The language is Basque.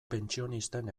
pentsionisten